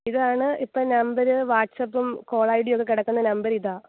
ഇതാണ് ഇപ്പം നമ്പർ വാട്ട്സാപ്പും കോൾ ഐ ഡി ഒക്കെ കിടക്കുന്ന നമ്പർ ഇതാണ്